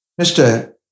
Mr